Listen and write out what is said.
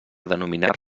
denominar